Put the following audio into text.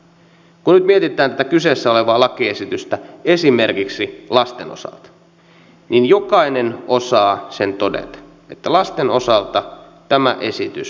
kun nyt mietitään tätä kyseessä olevaa lakiesitystä esimerkiksi lasten osalta niin jokainen osaa sen todeta että lasten osalta tämä esitys on epäinhimillinen